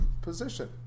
position